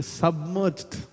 submerged